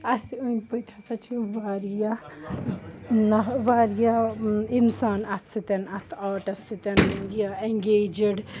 اَسہِ أنٛدۍ پٔتۍ ہَسا چھِ واریاہ نَہ واریاہ اِنسان اَتھ سۭتۍ اَتھ آرٹَس سۭتۍ یہِ اٮ۪نٛگیجٕڈ